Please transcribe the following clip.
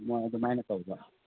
ꯃꯈꯣꯏ ꯑꯗꯨꯃꯥꯏꯅ ꯇꯧꯕ